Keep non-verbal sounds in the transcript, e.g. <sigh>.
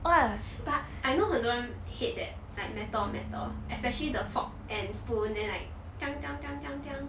but I know 很多人 hate that like metal on metal especially the fork and spoon then like <noise>